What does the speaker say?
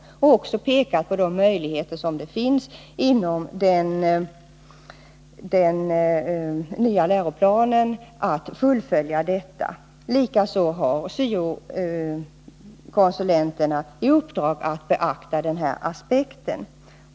Jag har då också pekat på de möjligheter för sådant arbete som finns inom den nya läroplanen. Likaså har syo-konsulenterna i uppdrag att beakta denna aspekt.